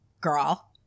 girl